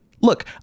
Look